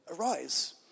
arise